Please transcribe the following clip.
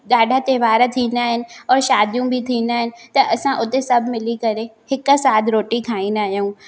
ॾाढा त्योहार थींदा आहिनि और शादियूं बि थींदा आहिनि त असां हुते सभु मिली करे हिक साथ रोटी खाईंदा आहियूं